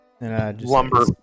Lumber